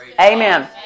Amen